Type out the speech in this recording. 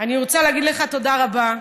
אני רוצה להגיד לך תודה רבה,